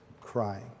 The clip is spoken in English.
crying